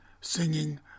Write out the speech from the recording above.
singing